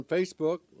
Facebook